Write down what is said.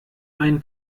ein